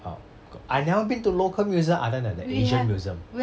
oh cau~ I've never been to local museum other than the asian museum